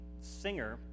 singer